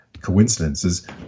coincidences